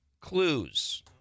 clues